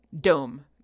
dome